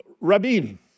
Rabin